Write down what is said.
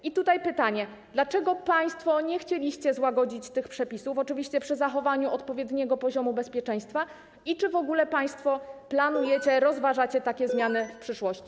I tutaj pytanie: Dlaczego państwo nie chcieliście złagodzić tych przepisów - oczywiście przy zachowaniu odpowiedniego poziomu bezpieczeństwa - i czy w ogóle państwo planujecie, rozważacie takie zmiany w przyszłości?